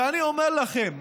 ואני אומר לכם,